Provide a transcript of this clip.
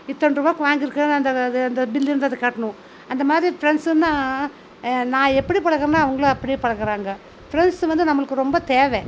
இத்தனைருவாய்க்கு வாங்கிருக்கேன் அந்த அந்த பில்லுன்றத காட்ணும் அந்த மாதிரி ஃபிரெண்ட்ஸ்ன்னா நான் எப்படி பழகுறனோ அவங்களும் அப்படியே பழகுறாங்க ஃபிரெண்ட்ஸ்ஸு வந்து நம்மளுக்கு ரொம்ப தேவை